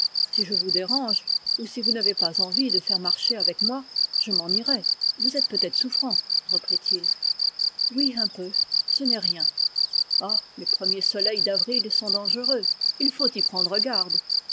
si je vous dérange ou si vous n'avez pas envie de faire marché avec moi je m'en irai vous êtes peut-être souffrant reprit-il oui un peu ce n'est rien ah les premiers soleils d'avril sont dangereux il faut y prendre garde